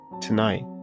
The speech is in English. tonight